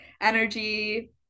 energy